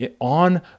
on